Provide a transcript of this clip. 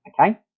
okay